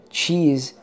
cheese